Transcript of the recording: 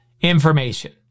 Information